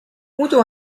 muidu